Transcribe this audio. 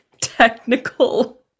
technical